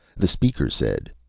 the speaker said,